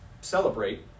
celebrate